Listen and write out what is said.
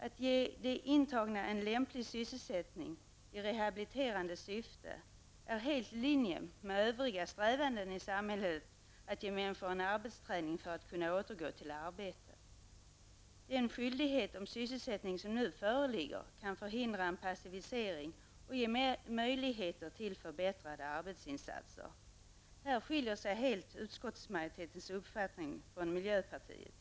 Att ge de intagna en lämplig sysselsättning, i rehabiliterande syfte, är helt i linje med övriga strävanden i samhället att ge människor en arbetsträning för att kunna återgå till arbete. Den skyldighet till sysselsättning som nu föreligger kan förhindra en passivisering och ge möjligheter till förbättrade arbetsinsatser. Här skiljer sig utskottsmajoritetens uppfattning helt från miljöpartiets.